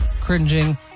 cringing